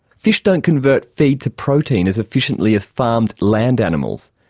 fish don't convert feed to protein as efficiently as farmed land animals.